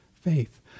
faith